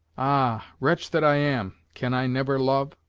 ah! wretch that i am, can i never love?